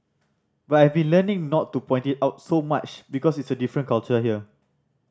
but I've learning not to point it out so much because it is a different culture here